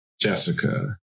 Jessica